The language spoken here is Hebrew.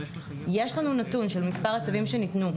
יש לנו נתון של מספר הצווים שניתנו,